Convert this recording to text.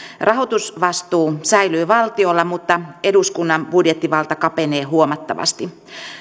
rahoitusvastuu säilyy valtiolla mutta eduskunnan budjettivalta kapenee huomattavasti